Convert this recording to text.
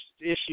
issue